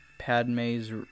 Padme's